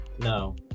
No